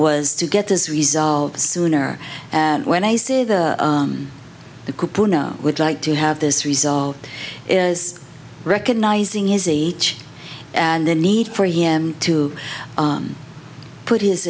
was to get this resolved sooner and when i see the would like to have this resolved is recognizing his age and the need for him to put his